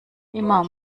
immer